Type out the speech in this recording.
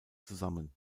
zusammen